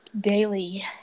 daily